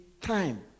time